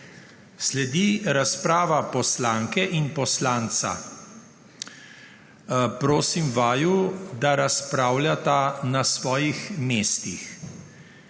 Sledi razprava poslanke in poslanca. Prosim vaju, da razpravljata na svojih mestih.